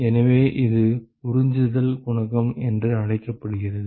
எனவே இது உறிஞ்சுதல் குணகம் என்று அழைக்கப்படுகிறது